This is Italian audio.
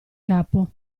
capo